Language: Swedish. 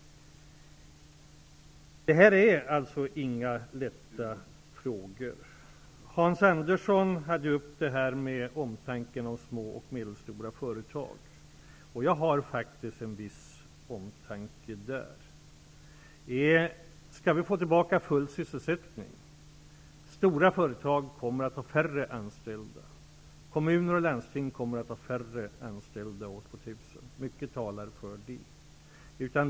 Detta är alltså inga lätta frågor. Hans Andersson tog upp detta med omtanke om små och medelstora företag. Jag har faktiskt en viss omtanke. Mycket talar för att stora företag, kommuner och landsting kommer att ha färre anställda år 2000.